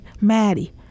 Maddie